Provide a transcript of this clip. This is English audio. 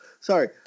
Sorry